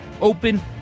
open